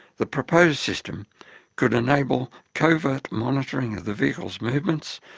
the proposed system could enable covert monitoring of the vehicle's movements,